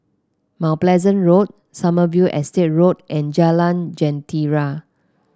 Mount Pleasant Road Sommerville Estate Road and Jalan Jentera